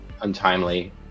untimely